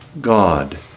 God